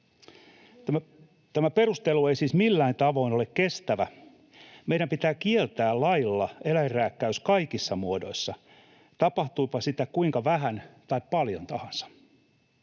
Tämä perustelu ei siis millään tavoin ole kestävä. Meidän pitää kieltää lailla eläinrääkkäys kaikissa muodoissa, tapahtuupa sitä kuinka vähän tai paljon tahansa.